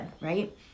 right